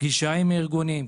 פגישה עם הארגונים,